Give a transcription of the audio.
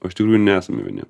o iš tikrųjų nesame vieni